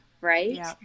Right